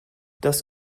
das